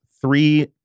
three